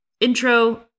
Intro